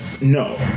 No